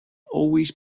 always